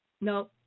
No